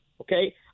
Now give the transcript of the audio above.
okay